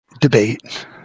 debate